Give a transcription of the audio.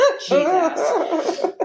Jesus